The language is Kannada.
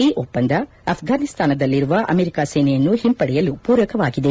ಈ ಒಪ್ಪಂದ ಆಫ್ರಾನಿಸ್ತಾನದಲ್ಲಿರುವ ಅಮೆರಿಕ ಸೇನೆಯನ್ನು ಹಿಂಪಡೆಯಲು ಪೂರಕವಾಗಿದೆ